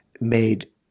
made